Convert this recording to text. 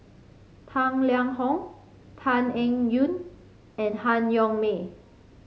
Tang Liang Hong Tan Eng Yoon and Han Yong May